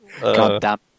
Goddamn